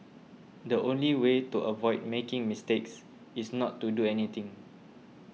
the only way to avoid making mistakes is not to do anything